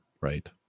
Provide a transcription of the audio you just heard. right